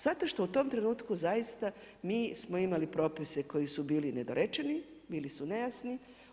Zato što u tom trenutku zaista mi smo imali propise koji su bili nedorečeni, bili su nejasni.